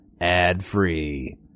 ad-free